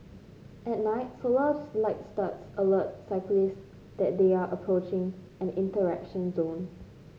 at night solar light studs alert cyclists that they are approaching an interaction zone